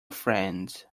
friends